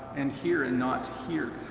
and here, and not here.